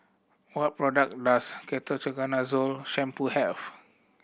what product does Ketoconazole Shampoo have